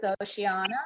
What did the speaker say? Oceana